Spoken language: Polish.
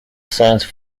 sens